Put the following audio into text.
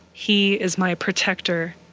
he is my protector.